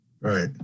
Right